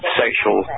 sexual